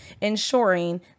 ensuring